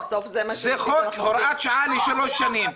זה חוק, הוראת שעה לשלוש שנים.